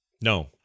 No